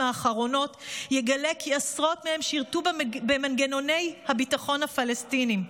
האחרונות יגלה כי עשרות מהם שירתו במנגנוני הביטחון הפלסטיניים.